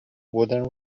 wooden